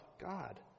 God